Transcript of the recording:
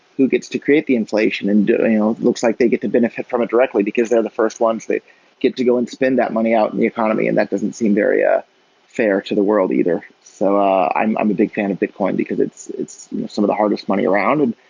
who gets to create the inflation and um looks like they get to benefit from it directly, because they're the first ones they get to go and spend that money out in the economy and that doesn't seem very ah fair to the world either so i'm um a big fan of bitcoin, because it's it's some of the hardest money around.